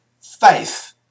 faith